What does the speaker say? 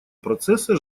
процесса